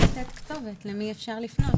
זה לתת כתובת למי אפשר לפנות,